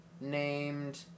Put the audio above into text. named